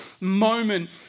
moment